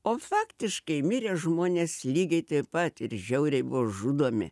o faktiškai mirė žmonės lygiai taip pat ir žiauriai buvo žudomi